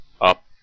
up